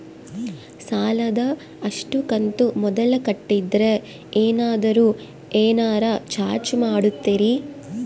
ಸಾಲದ ಅಷ್ಟು ಕಂತು ಮೊದಲ ಕಟ್ಟಿದ್ರ ಏನಾದರೂ ಏನರ ಚಾರ್ಜ್ ಮಾಡುತ್ತೇರಿ?